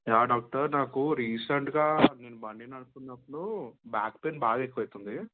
yeah doctor నాకు రీసెంట్గా నేను బండి నడుపుతున్నప్పుడు బ్యాక్ పెయిన్ బాగా ఎక్కువ అవుతుంది